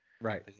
right